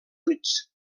units